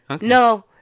no